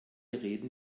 reden